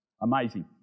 Amazing